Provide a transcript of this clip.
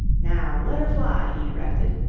now let her fly, he directed,